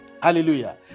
Hallelujah